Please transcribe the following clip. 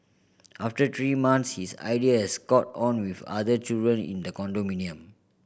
after three month his idea has caught on with other children in the condominium